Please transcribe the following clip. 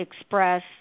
express